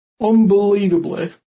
unbelievably